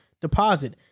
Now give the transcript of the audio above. deposit